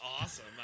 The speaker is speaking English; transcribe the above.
awesome